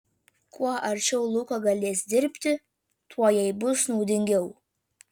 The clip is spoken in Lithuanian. kuo arčiau luko galės dirbti tuo jai bus naudingiau